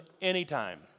anytime